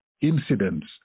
incidents